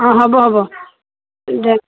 অঁ হ'ব হ'ব দে